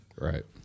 Right